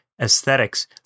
aesthetics